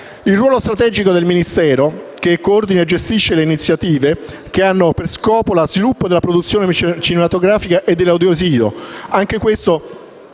un ruolo strategico del Ministero, che coordina e gestisce le iniziative che hanno come scopo lo sviluppo della produzione cinematografica e dell'audiovisivo